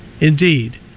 Indeed